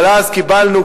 אבל אז קיבלנו,